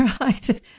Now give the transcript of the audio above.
right